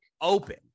open